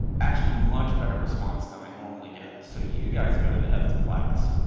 actually, much better response than i normally get, so you guys go to the head of the class,